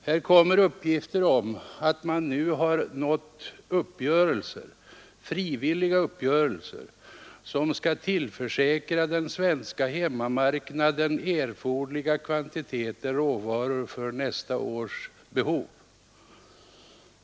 Här kommer uppgifter om att man nu nått frivilliga uppgörelser som skall tillförsäkra den svenska hemmamarknaden erforderliga kvantiteter råvaror för nästa års behov till gällande stoppriser.